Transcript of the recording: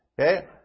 Okay